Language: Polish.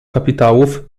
kapitałów